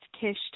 Kish